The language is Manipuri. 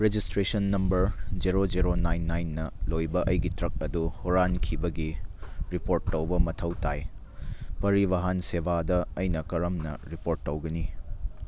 registration number zero zero nine ꯅꯥꯏꯟꯅ ꯂꯣꯏꯕ ꯑꯩꯒꯤ ꯇ꯭ꯔꯛ ꯑꯗꯨ ꯍꯨꯔꯥꯟꯈꯤꯕꯒꯤ ꯔꯤꯄꯣꯔꯠ ꯇꯧꯕ ꯃꯊꯧ ꯇꯥꯏ ꯄꯔꯤꯕꯥꯍꯟ ꯁꯦꯕꯥꯗ ꯑꯩꯅ ꯀꯔꯝꯅ ꯔꯤꯄꯣꯔꯠ ꯇꯧꯒꯅꯤ